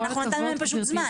אנחנו ניתן להם פשוט זמן.